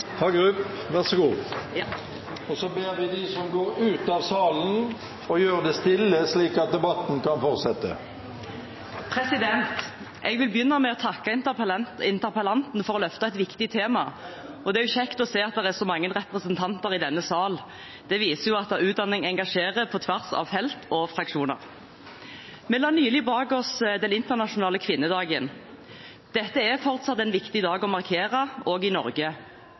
Hagerup, fra Høyre. Så ber vi dem som går ut av salen, om å gjøre det stille, slik at debatten kan fortsette. Jeg vil begynne med å takke interpellanten for å løfte et viktig tema. Det er kjekt å se at det er så mange representanter i salen. Det viser at utdanning engasjerer på tvers av felt og fraksjoner. Vi la nylig bak oss den internasjonale kvinnedagen. Dette er fortsatt en viktig dag å markere, også i Norge,